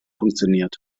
funktioniert